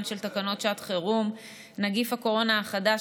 של תקנות שעת חירום (נגיף הקורונה החדש,